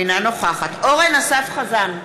אינה נוכחת אורן אסף חזן,